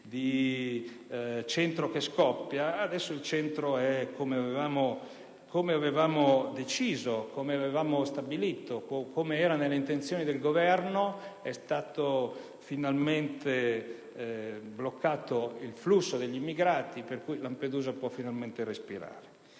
il centro di prima accoglienza è come avevamo deciso, come avevamo stabilito e come era nelle intenzioni del Governo. È stato finalmente bloccato il flusso degli immigrati per cui Lampedusa può finalmente respirare.